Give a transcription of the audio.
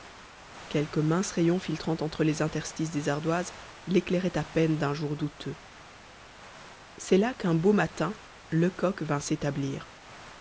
quelques minces rayons filtrant entre les interstices des ardoises l'éclairaient à peine d'un jour douteux c'est là qu'un beau matin lecoq vint s'établir